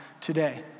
today